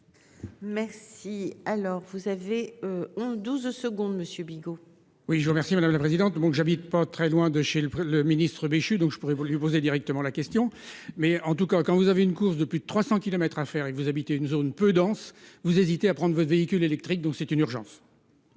Merci. Alors vous avez. 12 secondes. Monsieur Bigot. Oui, je vous remercie madame la présidente, donc j'habite pas très loin de chez le ministre-Béchu donc je pourrais vous lui poser directement la question mais en tout cas quand vous avez une course de plus de 300 kilomètres à faire et que vous habitez une zone peu dense. Vous hésitez à prendre votre véhicule électrique. Donc c'est une urgence.